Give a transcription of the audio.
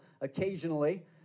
occasionally